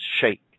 shake